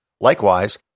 Likewise